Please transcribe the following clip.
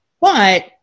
But-